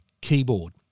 keyboard